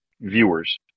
viewers